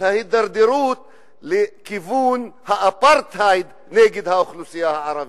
את ההידרדרות לכיוון האפרטהייד נגד האוכלוסייה הערבית.